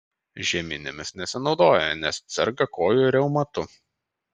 žeminėmis nesinaudoja nes serga kojų reumatu